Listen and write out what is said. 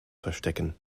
verstecken